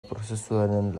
prozesuaren